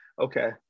Okay